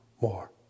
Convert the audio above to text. more